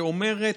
שאומרת: